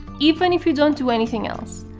even if you don't do anything else.